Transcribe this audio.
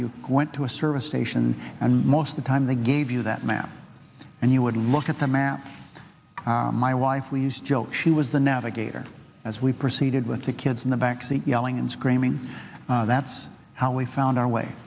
you went to a service station and most of the time they gave you that map and you would look at the map my wife we used joke she was the navigator as we proceeded with the kids in the back seat yelling and screaming that's how we found our way